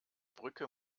brücke